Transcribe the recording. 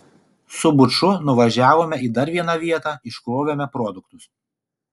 su buču nuvažiavome į dar vieną vietą iškrovėme produktus